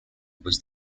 was